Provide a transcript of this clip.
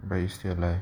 but you still have lah